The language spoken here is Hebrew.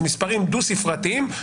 מספרים דו-ספרתיים.